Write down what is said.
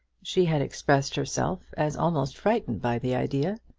she had expressed herself as almost frightened by the idea.